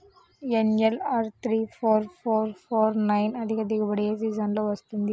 NLR three four four four nine అధిక దిగుబడి ఏ సీజన్లలో వస్తుంది?